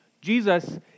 Jesus